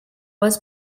was